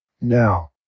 Now